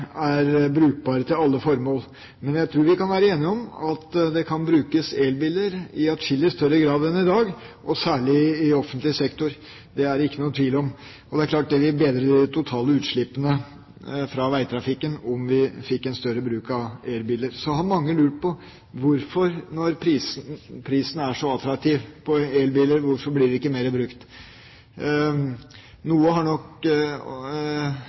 er brukbare til alle formål. Men jeg tror vi kan være enige om at det kan brukes elbiler i atskillig større grad enn i dag, og særlig i offentlig sektor. Det er det ikke noen tvil om. Det er klart at det vil bedre de totale utslippene fra veitrafikken om vi fikk større bruk av elbiler. Så har mange lurt på hvorfor elbiler ikke blir mer brukt når prisen er så attraktiv. Når det gjelder det offentlige, har det nok noe